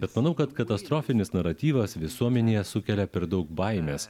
bet manau kad katastrofinis naratyvas visuomenėje sukelia per daug baimės